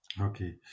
Okay